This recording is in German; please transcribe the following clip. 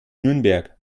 nürnberg